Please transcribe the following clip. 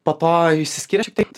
po to išsiskyrė šiek tiek